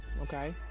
okay